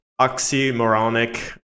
oxymoronic